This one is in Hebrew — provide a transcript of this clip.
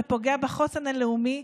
זה פוגע בחוסן הלאומי,